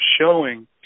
showing